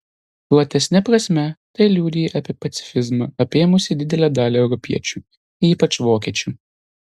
platesne prasme tai liudija apie pacifizmą apėmusį didelę dalį europiečių ypač vokiečių